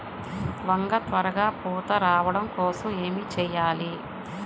వంగ త్వరగా పూత రావడం కోసం ఏమి చెయ్యాలి?